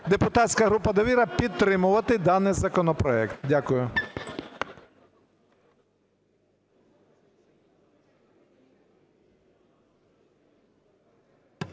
депутатська група "Довіра", підтримувати даний законопроект. Дякую.